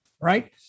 right